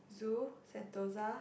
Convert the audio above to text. Zoo Sentosa